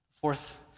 Fourth